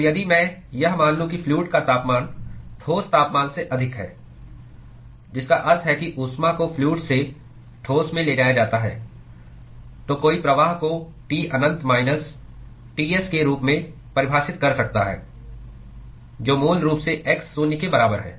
तो यदि मैं यह मान लूं कि फ्लूअड का तापमान ठोस तापमान से अधिक है जिसका अर्थ है कि ऊष्मा को फ्लूअड से ठोस में ले जाया जाता है तो कोई प्रवाह को T अनंत माइनस Ts के रूप में परिभाषित कर सकता है जो मूल रूप से x शून्य के बराबर है